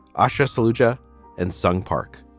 ushe soldier and sung park.